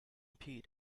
peat